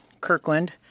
kirkland